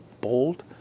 bold